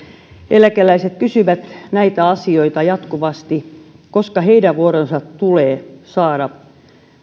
eläkeläiset kysyvät näitä asioita jatkuvasti milloin heidän vuoronsa tulee saada